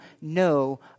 no